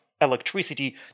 electricity